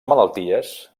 malalties